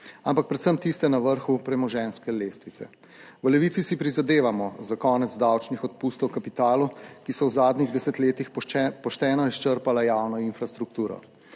ampak predvsem tiste na vrhu premoženjske lestvice. V Levici si prizadevamo za konec davčnih odpustov kapitalu, ki so v zadnjih desetletjih pošteno izčrpala javno infrastrukturo